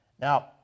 Now